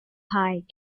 high